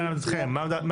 עמדתכם